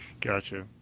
gotcha